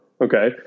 Okay